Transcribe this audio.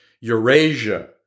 Eurasia